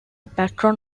patron